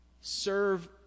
Serve